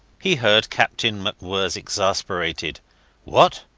he heard captain macwhirrs exasperated what?